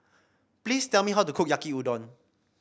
please tell me how to cook Yaki Udon